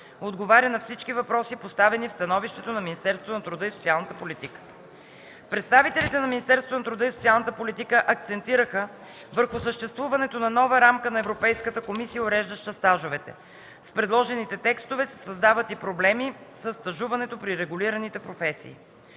отговаря на всички въпроси, поставени в становището на Министерството на труда и социалната политика. Представителите на Министерството на труда и социалната политика акцентираха върху съществуването на нова рамка на Европейската комисия, уреждаща стажовете. С предложените текстове се създават и проблеми със стажуването при регулираните професии.